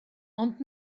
ond